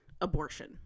abortion